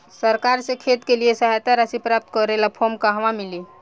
सरकार से खेत के लिए सहायता राशि प्राप्त करे ला फार्म कहवा मिली?